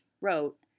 wrote